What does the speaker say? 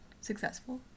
successful